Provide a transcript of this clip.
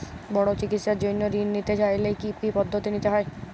বড় চিকিৎসার জন্য ঋণ নিতে চাইলে কী কী পদ্ধতি নিতে হয়?